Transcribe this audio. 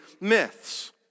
myths